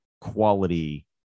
quality